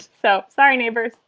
so sorry neighbor.